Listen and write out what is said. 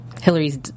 hillary's